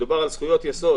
על זכויות יסוד